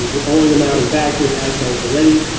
we're rolling them out in batches as sites are ready.